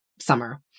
summer